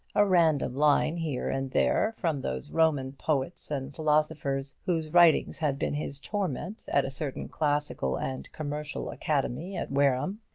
a random line here and there from those roman poets and philosophers whose writings had been his torment at a certain classical and commercial academy at wareham.